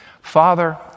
Father